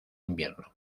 invierno